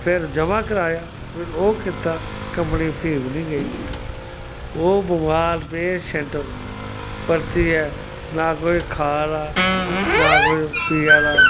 फिर जमा कराया फिर ओह् कीता कम्बनी फ्ही बी निं गेई ओह् बमार पेशैंट परतियै ना कोई खा दा ना कोई पीआ दा